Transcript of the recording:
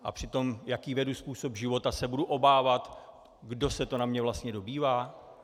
A při tom, jaký vedu způsob života, se budu obávat, kdo se to na mě vlastně dobývá?